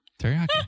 Teriyaki